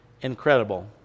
incredible